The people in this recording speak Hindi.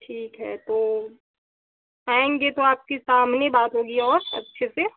ठीक है तो आएँगे तो आपकी सामने बात होगी और अच्छे से